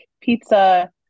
pizza